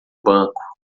banco